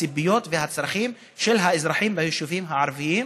הציפיות והצרכים של האזרחים ביישובים הערביים.